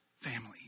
family